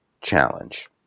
challenge